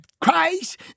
Christ